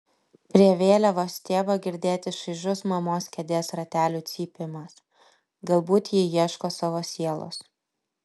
prie vėliavos stiebo girdėti šaižus mamos kėdės ratelių cypimas galbūt ji ieško savo sielos